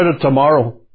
tomorrow